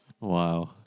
Wow